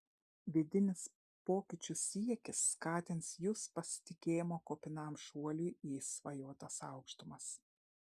vidinis pokyčių siekis skatins jus pasitikėjimo kupinam šuoliui į išsvajotas aukštumas